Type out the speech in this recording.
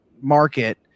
market